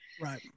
Right